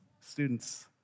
students